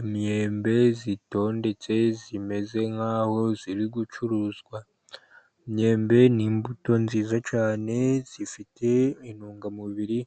Imyembe itondetse imeze nk'aho iri gucuruzwa, imyembe ni imbuto nziza cyane zifite intungamubiri